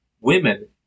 women